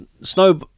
Snow